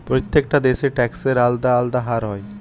প্রত্যেকটা দেশে ট্যাক্সের আলদা আলদা হার হয়